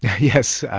yes,